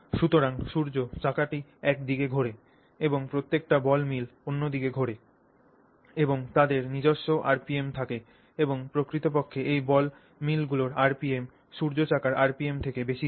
সুতরাং সূর্য চাকাটি একদিকে ঘোরে এবং প্রত্যেকটা বল মিল অন্যদিকে ঘোরে এবং তাদের নিজস্ব আরপিএম থাকে এবং প্রকৃতপক্ষে বল মিলগুলির আরপিএম সূর্য চাকার আরপিএম থেকে বেশি হয়